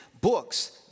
books